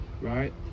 right